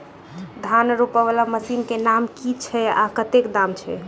धान रोपा वला मशीन केँ नाम की छैय आ कतेक दाम छैय?